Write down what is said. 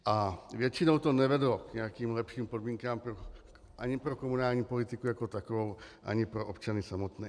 A většinou to nevedlo k nějakým lepším podmínkám ani pro komunální politiku jako takovou ani pro občany samotné.